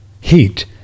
heat